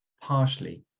partially